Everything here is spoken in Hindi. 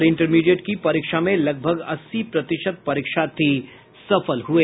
और इंटरमीडिएट की परीक्षा में लगभग अस्सी प्रतिशत परीक्षार्थी सफल हुये